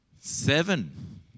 Seven